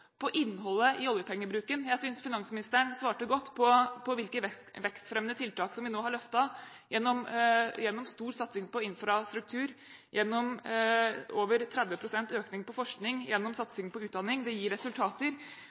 på innholdet i oljepengebruken. Jeg synes finansministeren svarte godt på hvilke vekstfremmende tiltak som vi nå har løftet gjennom stor satsing på infrastruktur, gjennom over 30 pst. økning på forskning og gjennom satsing på utdanning. Det gir resultater.